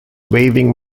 waving